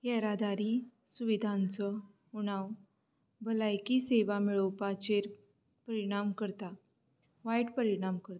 येरादारी सुविधांचो उणाव भलायकी सेवा मेळोवपाचेर परिणाम करता वायट परिणाम करता